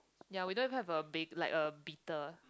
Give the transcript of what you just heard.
ya we don't even have a ba~ like a beater